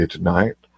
Tonight